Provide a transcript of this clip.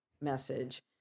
message